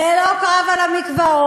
זה לא קרב על המקוואות,